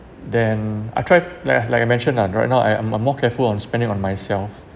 then I tried like like I mentioned lah right now I'm I'm more careful on spending on myself